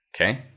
okay